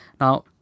Now